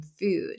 food